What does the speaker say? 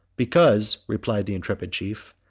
because, replied the intrepid chief,